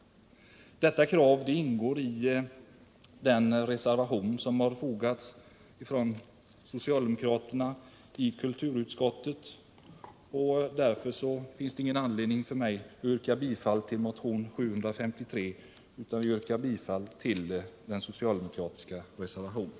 Detta krav ingår i den reservation som kulturutskottets socialdemokrater har fogat till utskottsbetänkandet. Därför finns det ingen anledning för mig att yrka bifall till motionen, utan jag yrkar bifall till den socialdemokratiska reservationen.